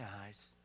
eyes